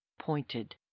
pointed